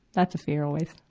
that's a fear always,